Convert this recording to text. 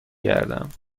گردم